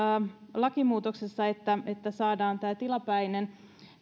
lakimuutoksessa että että saadaan tämä tilapäinen